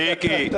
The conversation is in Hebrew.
מיקי,